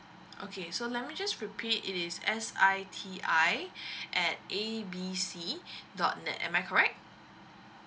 okay so let me just repeat is S I T I at A B C dot net am I correct